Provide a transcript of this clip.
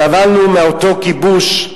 סבלנו מאותו כיבוש.